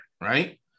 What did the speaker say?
right